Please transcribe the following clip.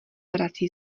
vrací